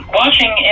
watching